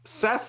Seth